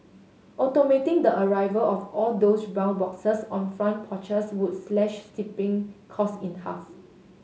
automating the arrival of all those brown boxes on front porches would slash shipping costs in half